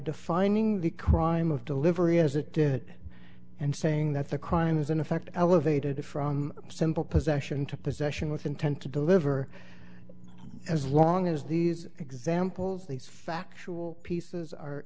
defining the crime of delivery as it did and saying that the crime is in effect elevated from simple possession to possession with intent to deliver as long as these examples these facts pieces are